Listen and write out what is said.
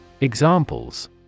Examples